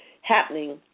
happening